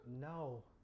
No